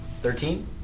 Thirteen